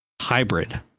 hybrid